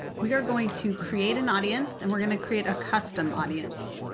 we are going to create an audience, and we're going to create a custom audience.